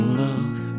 love